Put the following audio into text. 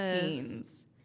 teens